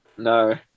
No